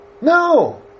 No